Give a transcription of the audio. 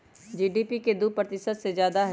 GDP के दु प्रतिशत से जादा हई